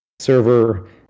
server